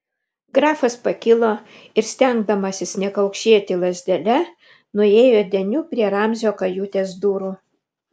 grafas pakilo ir stengdamasis nekaukšėti lazdele nuėjo deniu prie ramzio kajutės durų